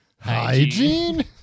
hygiene